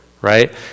right